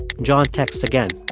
john texts again.